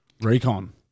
recon